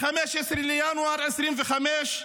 ב-15 בינואר 2025,